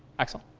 axel?